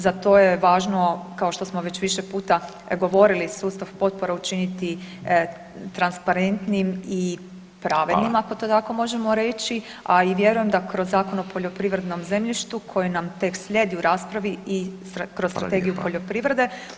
Za to je važno kao što smo već više puta govorili sustav potpora učiniti transparentnim i pravednim ako to tako možemo reći, a i vjerujem da kroz Zakon o poljoprivrednom zemljištu koji nam tek slijedi u raspravi i kroz Strategiju poljoprivrede